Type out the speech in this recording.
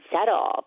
settle